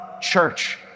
church